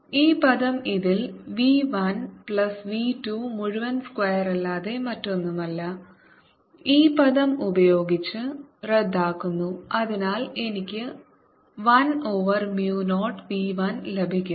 ഈ പദം ഇതിൽ v 1 പ്ലസ് v 2 മുഴുവൻ സ്ക്വയറല്ലാതെ മറ്റൊന്നുമല്ല ഈ പദം ഉപയോഗിച്ച് റദ്ദാക്കുന്നു അതിനാൽ എനിക്ക് 1 ഓവർ mu 0 v 1 ലഭിക്കുന്നു